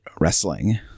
wrestling